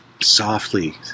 softly